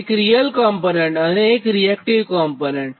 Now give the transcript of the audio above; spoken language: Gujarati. એક રીયલ કોમ્પોનન્ટ અને એક રીએક્ટીવ કોમ્પોનન્ટ